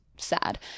sad